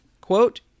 Quote